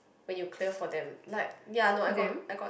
when you clear for them like ya no I got I got